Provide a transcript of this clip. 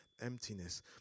emptiness